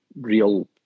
real